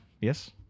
Yes